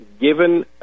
given